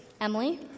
Emily